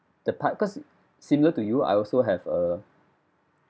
the part cause similar to you I also have a